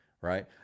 right